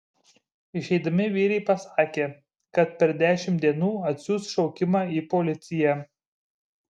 išeidami vyrai pasakė kad per dešimt dienų atsiųs šaukimą į policiją